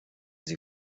sie